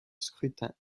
scrutin